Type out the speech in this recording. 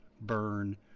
burn